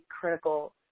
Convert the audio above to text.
critical